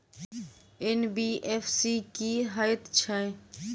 NBFC की हएत छै?